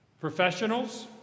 Professionals